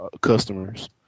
customers